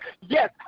Yes